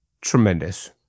tremendous